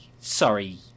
sorry